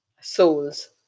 souls